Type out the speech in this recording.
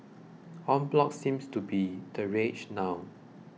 en bloc seems to be the rage now